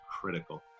critical